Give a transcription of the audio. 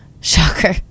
Shocker